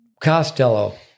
Costello